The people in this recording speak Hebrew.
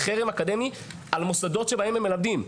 חרם אקדמי על מוסדות שבהם הם מלמדים,